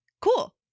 Cool